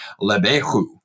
lebehu